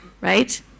right